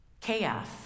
Chaos